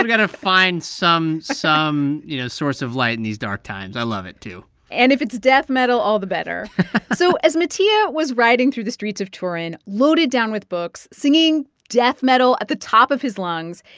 to kind of find some some you know source of light in these dark times. i love it, too and if it's death metal, all the better so as mattia was riding through the streets of turin loaded down with books, singing death metal at the top of his lungs,